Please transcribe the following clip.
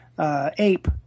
ape